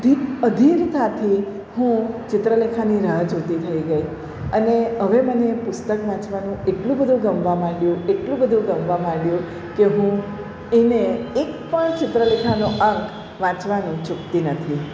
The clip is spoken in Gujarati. ધીર અધિરતાથી હું ચિત્રલેખાની રાહ જોતી થઈ ગઈ અને હવે મને એ પુસ્તક વાંચવાનું એટલું બધું ગમવા માંડ્યું એટલું બધું ગમવા માંડ્યું કે હું એને એક પણ ચિત્રલેખાનો અંગ વાંચવાનું ચૂકતી નથી